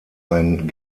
ein